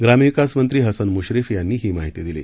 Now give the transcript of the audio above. ग्रामविकास मंत्री हसन म्श्रीफ यांनी ही माहिती दिली